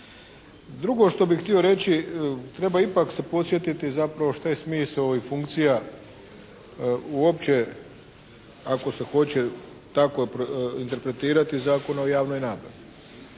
Drugo što bih htio reći, treba ipak se podsjetiti zapravo šta je smisao i funkcija uopće ako se hoće tako interpretirati Zakona o javnoj nabavi.